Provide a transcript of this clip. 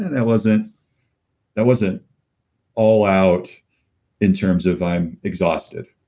and that wasn't that wasn't all out in terms of i'm exhausted.